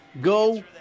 go